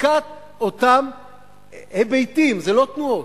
בבדיקת אותם היבטים זה לא תנועות,